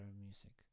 music